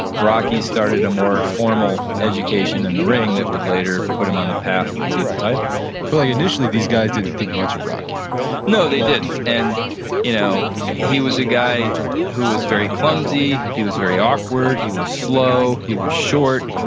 rocky started a more formal education in the ring that would later put him on the path to the title but initially, these guys didn't think much of rocky no, they didn't. and you know he was a guy who was very clumsy, he was very awkward, he was slow, he was short.